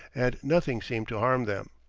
and nothing seemed to harm them.